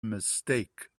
mistake